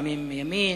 לפעמים מימין,